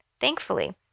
Thankfully